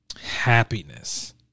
happiness